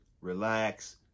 relax